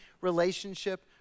relationship